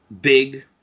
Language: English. big